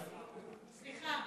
סליחה,